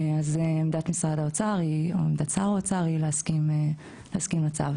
אז עמדת משרד האוצר ושר האוצר היא להסכים לצו.